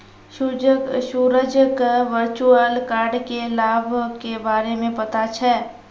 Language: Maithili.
सूरज क वर्चुअल कार्ड क लाभ के बारे मे पता छै